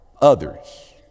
others